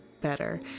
better